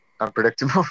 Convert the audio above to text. unpredictable